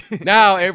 Now